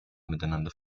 miteinander